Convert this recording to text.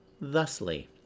thusly